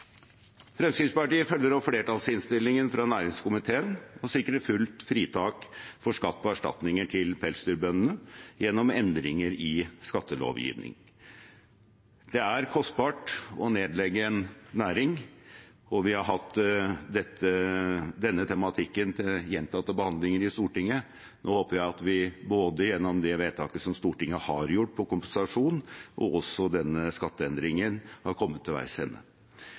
Fremskrittspartiet følger opp flertallsinnstillingen fra næringskomiteen og sikrer fullt fritak for skatt på erstatninger til pelsdyrbøndene gjennom endringer i skattelovgivningen. Det er kostbart å nedlegge en næring, og vi har hatt denne tematikken til gjentatte behandlinger i Stortinget. Nå håper jeg at vi både gjennom det vedtaket som Stortinget har gjort på kompensasjon, og også denne skatteendringen, har kommet til